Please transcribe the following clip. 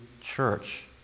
church